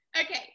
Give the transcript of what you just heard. Okay